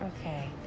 Okay